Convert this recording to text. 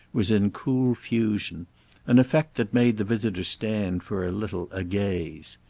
was in cool fusion an effect that made the visitor stand for a little agaze.